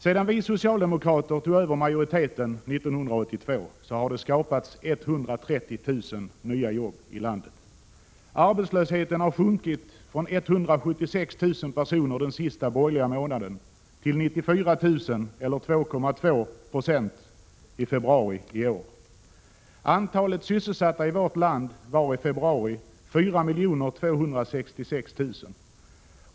Sedan vi socialdemokrater tog över majoriteten 1982 har det skapats ca 130 000 nya jobb i landet. Antalet arbetslösa har sjunkit från 176 000 den sista månaden med borgerligt styre till 94 000 eller 2,2 90 i februari i år. Antalet sysselsatta i vårt land var i februari 4 266 000.